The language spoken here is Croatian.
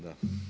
Da.